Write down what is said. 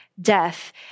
death